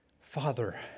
Father